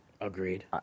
Agreed